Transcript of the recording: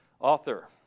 Author